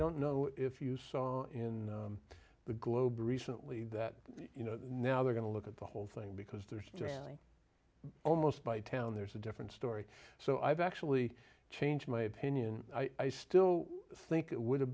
don't know if you saw in the globe recently that you know that now they're going to look at the whole thing because there's really almost by town there's a different story so i've actually changed my opinion i still think it would have